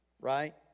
Right